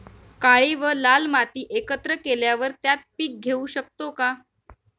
काळी व लाल माती एकत्र केल्यावर त्यात पीक घेऊ शकतो का?